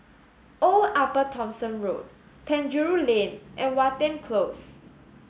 Old Upper Thomson Road Penjuru Lane and Watten Close